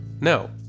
No